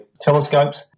telescopes